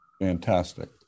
Fantastic